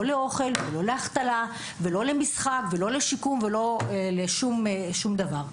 לא לאוכל לא להחתלה לא לשיקום ולא לשום דבר.